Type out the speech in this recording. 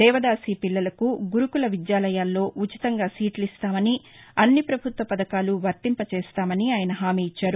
దేవదాసి పిల్లలకు గురుకుల ఉద్యాలయాల్లో ఉచితంగా సీట్లిస్తామని అన్ని ప్రభుత్వ పథకాలు వర్తింపజేస్తామని ఆయన హామీ ఇచ్చారు